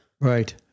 right